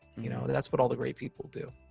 you know? that's what all the great people do.